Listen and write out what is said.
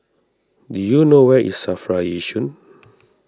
do you know where is Safra Yishun